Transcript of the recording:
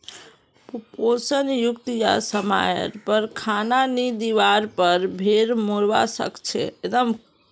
पोषण युक्त या समयर पर खाना नी दिवार पर भेड़ मोरवा सकछे